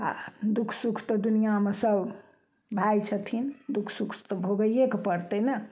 आओर दुःख सुख तऽ दुनिआमे सब भाय छथिन दुःख सुख तऽ भोगैएके पड़तै ने